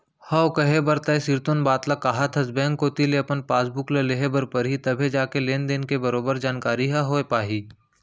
हव कहे बर तैं सिरतोन बात ल काहत हस बेंक कोती ले अपन पासबुक ल लेहे बर परही तभे जाके लेन देन के बरोबर जानकारी ह होय पाही